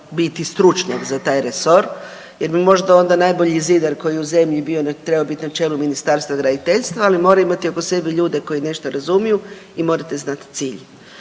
biti stručnjak za taj resor jer bi možda onda najbolji zidar koji je u zemlji bio trebao biti na čelu Ministarstva graditeljstva, ali mora imati oko sebe ljude koji nešto razumiju i morate znat cilj.